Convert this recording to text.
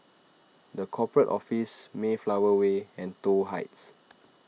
the Corporate Office Mayflower Way and Toh Heights